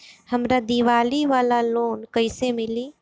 हमरा दीवाली वाला लोन कईसे मिली?